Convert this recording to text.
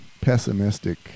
pessimistic